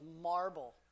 marble